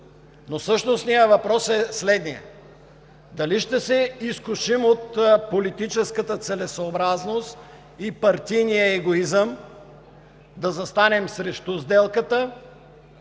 но същностният въпрос е следният: дали ще се изкушим от политическата целесъобразност и партийния егоизъм да застанем срещу сделката,